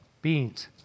Beans